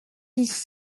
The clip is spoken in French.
dix